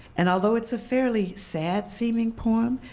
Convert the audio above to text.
and although it's a fairly sad seeming poem,